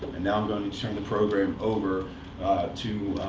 and now, i'm going to turn the program over to